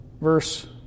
Verse